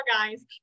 guys